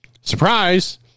surprise